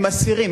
הם אסירים,